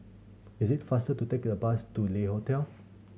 is it faster to take the bus to Le Hotel